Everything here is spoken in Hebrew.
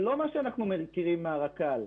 זה לא מה שאנחנו מכירים מהרכבת הקלה.